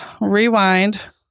rewind